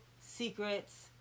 Secrets